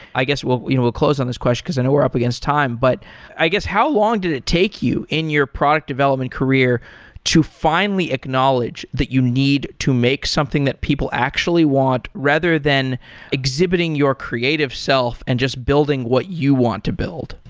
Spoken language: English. i guess we'll you know we'll close on this question because i know we're up against time, but i guess how long did it take you in your product development career to finally acknowledge that you need to make something that people actually want, rather than exhibiting your creative self and just building what you want to build?